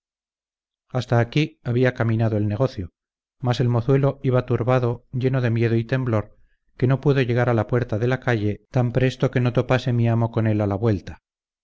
hasta aquí había caminado el negocio mas el mozuelo iba turbado lleno de miedo y temblor que no pudo llegar a la puerta de la calle tan presto que no topase mi amo con él a la vuelta